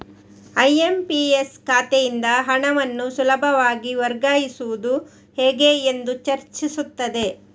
IMPS ಖಾತೆಯಿಂದ ಹಣವನ್ನು ಸುಲಭವಾಗಿ ವರ್ಗಾಯಿಸುವುದು ಹೇಗೆ ಎಂದು ಚರ್ಚಿಸುತ್ತದೆ